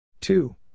Two